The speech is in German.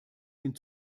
den